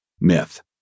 myth